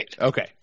Okay